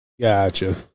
Gotcha